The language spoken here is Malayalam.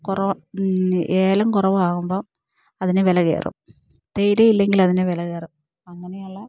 കുറവാ ഏലം കുറവാകുമ്പോൾ അതിന് വില കയറും തേയില ഇല്ലെങ്കിൽ അതിന് വില കയറും അങ്ങനെയുള്ള